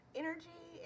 energy